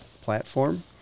platform